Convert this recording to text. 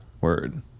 Word